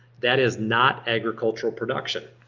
that is not agricultural production.